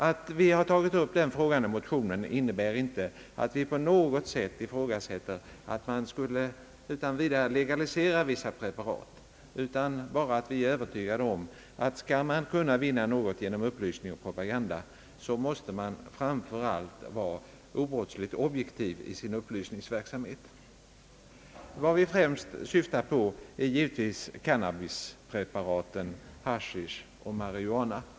Att vi har tagit upp den frågan i motionen innebär inte att vi på något sätt ifrågasätter att man utan vidare skulle legalisera vissa preparat, utan bara att vi är övertygade om att om man skall vinna något med upplysning och propaganda, så måste man framför allt vara obrottsligt objektiv i sin upplysningsverksamhet. Vad vi främst syftar på är givetvis cannabispreparaten, haschisch och marijuana.